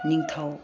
ꯅꯤꯡꯊꯧ